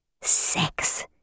Sex